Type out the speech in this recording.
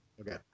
Okay